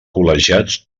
col·legiats